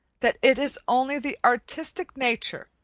that it is only the artistic nature,